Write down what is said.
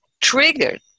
triggered